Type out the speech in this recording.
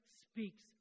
speaks